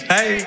Hey